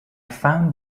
found